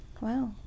wow